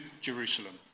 Jerusalem